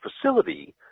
facility